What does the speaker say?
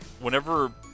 Whenever